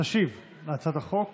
מטעם הממשלה תשיב על הצעת החוק